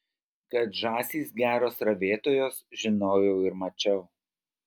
kad žąsys geros ravėtojos žinojau ir mačiau